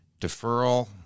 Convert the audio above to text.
deferral